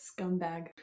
scumbag